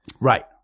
Right